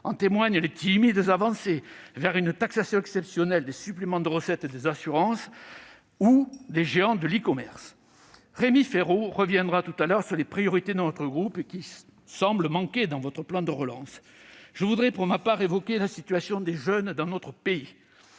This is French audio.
En témoignent les timides avancées vers une taxation exceptionnelle des suppléments de recettes des assurances ou des géants de l'e-commerce. Rémi Féraud reviendra sur les priorités de notre groupe qui semblent manquer dans votre plan de relance. Je voudrais pour ma part évoquer la situation des jeunes dans notre pays.